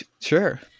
Sure